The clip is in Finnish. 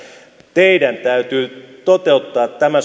teidän täytyy toteuttaa tämä